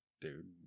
dude